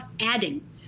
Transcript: adding